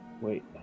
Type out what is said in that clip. Wait